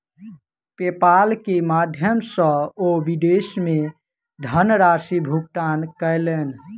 PayPal के माध्यम सॅ ओ विदेश मे धनराशि भुगतान कयलैन